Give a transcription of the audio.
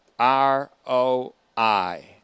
R-O-I